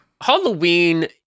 Halloween